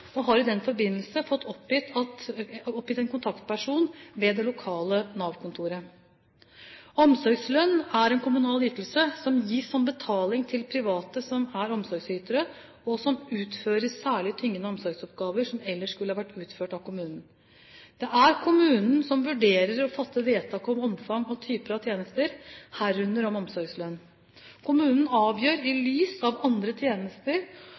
og har i den forbindelse fått oppgitt en kontaktperson ved det lokale Nav-kontoret. Omsorgslønn er en kommunal ytelse som gis som betaling til private som er omsorgsytere, og som utfører særlig tyngende omsorgsoppgaver som ellers skulle vært utført av kommunen. Det er kommunen som vurderer og fatter vedtak om omfang og typer av tjenester, herunder omsorgslønn. Kommunen avgjør i lys av andre tjenester